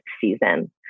season